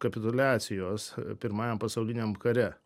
kapituliacijos pirmajam pasauliniam kare